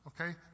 okay